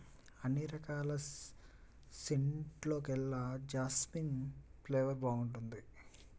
అన్ని రకాల సెంటుల్లోకెల్లా జాస్మిన్ ఫ్లేవర్ బాగుంటుంది